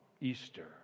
Easter